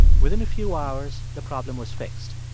within a few hours, the problem was fixed.